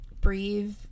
breathe